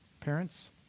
Parents